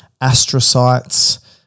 astrocytes